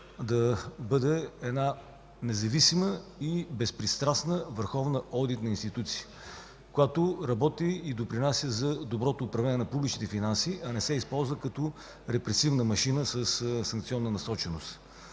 да бъде една независима и безпристрастна върховна одитна институция, която работи и допринася за доброто управление на публични финанси, а не се използва като репресивна машина със санкционна насоченост.